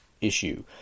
issue